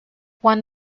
one